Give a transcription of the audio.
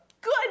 good